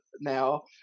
now